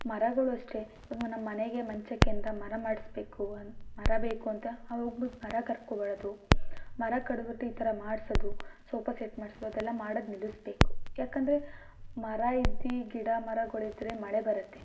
ಮರಗಳು ಅಷ್ಟೇ ಅದು ನಮ್ಮ ಮನೆಗೆ ಮಂಚಕ್ಕೇಂತ ಮರ ಮಾಡ್ಸ್ಬೇಕು ಮರ ಬೇಕು ಅಂತ ಅವರು ಹೋಗ್ಬಿಟ್ಟು ಮರ ಕರ್ಕೋಬರೋದು ಮರ ಕಡಿದುಬಿಟ್ಟು ಈ ಥರ ಮಾಡಿಸೋದು ಸೋಫಾ ಸೆಟ್ ಮಾಡಿಸೋದು ಅದೆಲ್ಲ ಮಾಡೋದು ನಿಲ್ಲಿಸಬೇಕು ಯಾಕಂದರೆ ಮರ ಇದ್ದು ಗಿಡ ಮರಗಳು ಇದ್ದರೆ ಮಳೆ ಬರತ್ತೆ